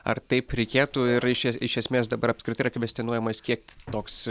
ar taip reikėtų ir iš es iš esmės dabar apskritai yra kvestionuojamas kiek toks